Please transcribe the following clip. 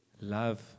love